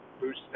boost